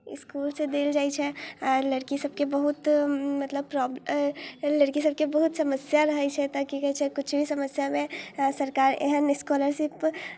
इसकुलसँ देल जाइत छै आओर लड़कीसभके बहुत मतलब प्रोब लड़कीसभके बहुत समस्या रहैत छै तऽ की कहैत छै किछु भी समस्यामे सरकार एहन स्कॉलरशिप